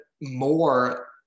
more